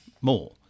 more